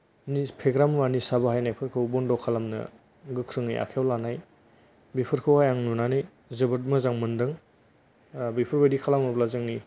निस फेग्रा मुवा निसा बाहायनायफोरखौ बन्द' खालामनो गोख्रोङै आखाइयाव लानाय बेफोरखौ आं नुनानै जोबोद मोजां मोन्दों ओ बेफोरबायदि खालामोब्ला जोंनि